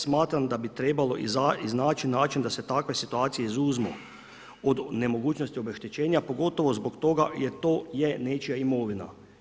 Smatram da bi trebalo iznaći način da se takve situacije izuzmu od nemogućnosti obeštećenja, pogotovo zbog toga jer to je nečija imovina.